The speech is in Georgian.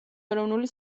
ეროვნული